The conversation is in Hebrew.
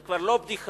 זה כבר לא בדיחה.